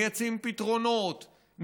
מייצרים פתרונות,